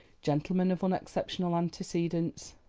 gentleman of unexceptional antecedents,